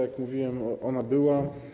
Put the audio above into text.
Jak mówiłem, ona była.